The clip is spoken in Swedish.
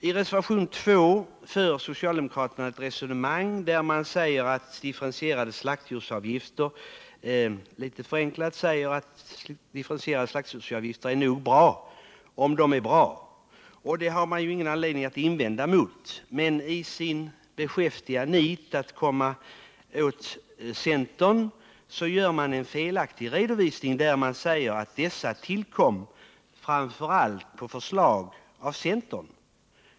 I reservationen 2 för socialdemokraterna ett resonemang, där man, litet förenklat, säger att differentierade slaktdjursavgifter är bra, om de är bra. Det har man ju ingen anledning att invända emot, men i sin beskäftiga nit att komma åt centern gör man en felaktig redovisning, då man säger att slakthusavgifterna tillkom framför allt på förslag av centern.